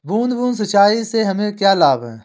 बूंद बूंद सिंचाई से हमें क्या लाभ है?